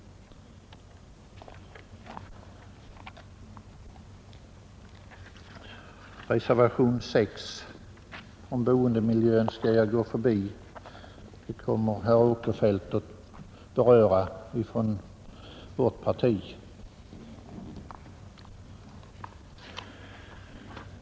Reservationen 6 om boendemiljön skall jag gå förbi. Den kommer från vårt parti att beröras av herr Åkerfeldt.